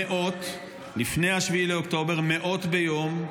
לפני 7 באוקטובר מאות ביום,